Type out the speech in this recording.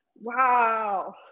Wow